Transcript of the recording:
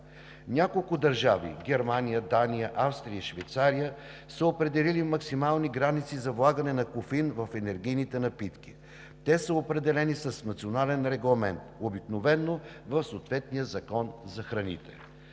Няколко държави – Германия, Дания, Австрия и Швейцария, са определили максимални граници за влагане на кофеин в енергийните напитки. Те са определени с национален регламент обикновено в съответния Закон за храните.